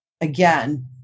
again